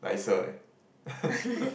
nicer leh